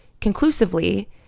conclusively